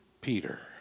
Peter